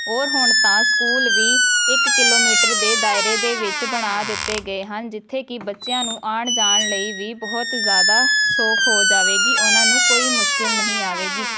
ਔਰ ਹੁਣ ਤਾਂ ਸਕੂਲ ਵੀ ਇੱਕ ਕਿਲੋਮੀਟਰ ਦੇ ਦਾਇਰੇ ਦੇ ਵਿੱਚ ਬਣਾ ਦਿੱਤੇ ਗਏ ਹਨ ਜਿੱਥੇ ਕਿ ਬੱਚਿਆਂ ਨੂੰ ਆਉਣ ਜਾਣ ਲਈ ਵੀ ਬਹੁਤ ਜ਼ਿਆਦਾ ਸੌਖ ਹੋ ਜਾਵੇਗੀ ਉਨ੍ਹਾਂ ਨੂੰ ਕੋਈ ਮੁਸ਼ਕਿਲ ਨਹੀਂ ਆਵੇਗੀ